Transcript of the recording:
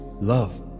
love